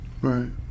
Right